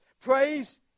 Praise